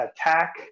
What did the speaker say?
attack